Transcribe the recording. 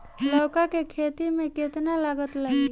लौका के खेती में केतना लागत लागी?